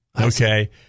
Okay